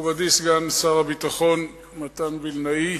מכובדי סגן שר הביטחון מתן וילנאי,